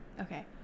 Okay